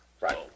Right